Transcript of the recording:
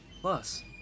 Plus